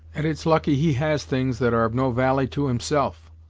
and it's lucky he has things that are of no valie to himself,